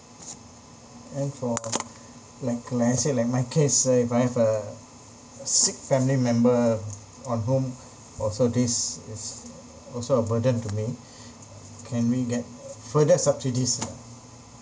and for like like I say like my case uh if I have a a sick family member on home for so this is also a burden to me can we get further subsidies lah